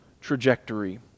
trajectory